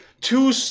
two